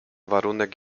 warunek